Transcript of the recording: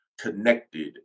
connected